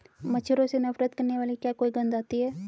मच्छरों से नफरत करने वाली क्या कोई गंध आती है?